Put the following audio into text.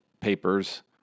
Papers